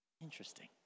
Interesting